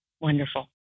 Wonderful